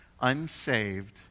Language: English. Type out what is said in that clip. unsaved